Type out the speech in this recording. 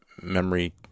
memory